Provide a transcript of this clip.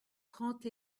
trente